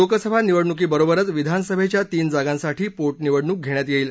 लोकसभा निवडणुकीबरोबरच विधानसभेच्या तीन जागांसाठी पोटनिवडणूक घेण्यात येईल